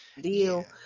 deal